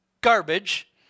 garbage